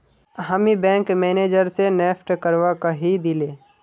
हामी bank manager स NEFT करवा कहइ दिले